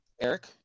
Eric